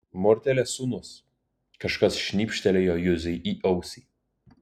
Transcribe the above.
mortelės sūnus kažkas šnypštelėjo juzei į ausį